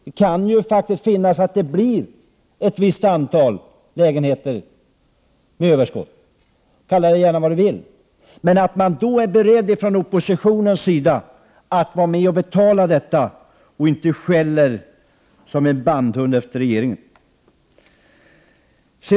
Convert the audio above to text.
Det kan bli ett överskott med ett visst antal lägenheter — kalla det vad ni vill — men då är det bra om oppositionen är beredd att vara med och betala för detta, och att man inte skäller som bandhundar efter regeringen.